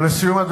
(חבר הכנסת אופיר אקוניס יוצא מאולם המליאה.) ולסיום,